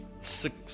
six